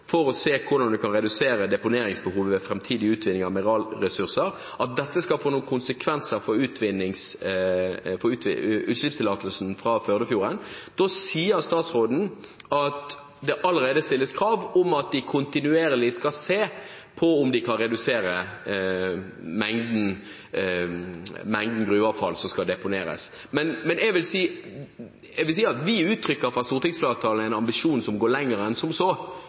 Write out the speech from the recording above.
for å se på hvordan man kan «redusere deponeringsbehovet ved framtidig utvinning av mineralressurser», får noen konsekvenser for utslippstillatelsen for Førdefjorden. Da sier statsråden at det allerede stilles krav til at de kontinuerlig skal se på om de kan redusere mengden gruveavfall som skal deponeres. Men jeg vil si at vi fra stortingsflertallets side uttrykker en ambisjon som går lenger enn som så